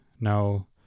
Now